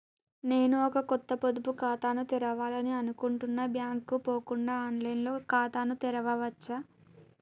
నేను ఒక కొత్త పొదుపు ఖాతాను తెరవాలని అనుకుంటున్నా బ్యాంక్ కు పోకుండా ఆన్ లైన్ లో ఖాతాను తెరవవచ్చా?